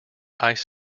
ice